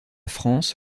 france